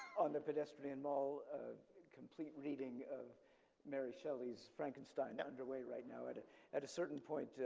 on the pedestrian mall a complete reading of mary shelley's frankenstein underway right now. at at a certain point,